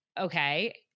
okay